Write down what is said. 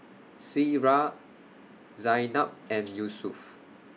Syirah Zaynab and Yusuf